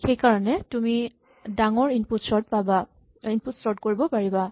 সেইকাৰণে তুমি ডাঙৰ ইনপুট চৰ্ট কৰিব পাৰা